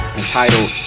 entitled